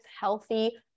healthy